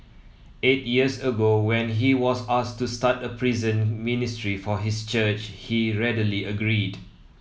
eight years ago when he was asked to start a prison ministry for his church he readily agreed